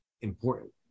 important